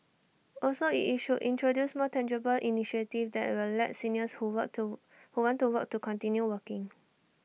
also IT it should introduce more tangible initiatives that will let seniors who work to who want to work to continue working